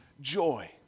joy